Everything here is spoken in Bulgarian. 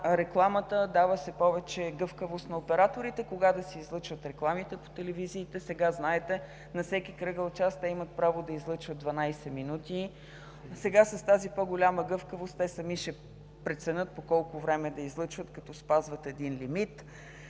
рекламата – дава се повече гъвкавост кога операторите да си излъчват рекламите в телевизиите. Знаете, че сега на всеки кръгъл част те имат право да излъчват 12 минути. Сега с тази по-голяма гъвкавост сами ще преценяват по колко време да излъчват като спазват лимит.